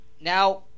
Now